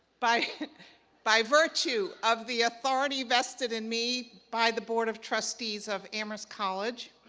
by by virtue of the authority vested in me by the board of trustees of amherst college,